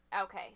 Okay